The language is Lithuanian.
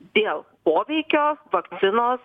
dėl poveikio vakcinos